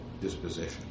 disposition